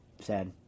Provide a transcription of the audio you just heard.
Sad